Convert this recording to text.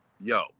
yo